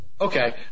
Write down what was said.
Okay